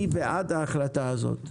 מי בעד ההחלטה הזאת?